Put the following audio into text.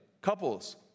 Couples